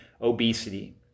obesity